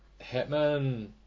Hitman